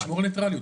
לשמור על ניטרליות.